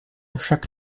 chuck